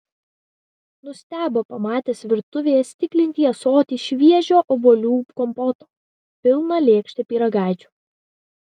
nustebo pamatęs virtuvėje stiklinį ąsotį šviežio obuolių kompoto pilną lėkštę pyragaičių